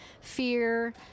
fear